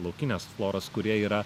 laukinės floros kurie yra